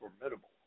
formidable